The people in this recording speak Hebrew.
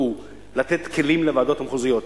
והוא לתת כלים לוועדות המחוזיות,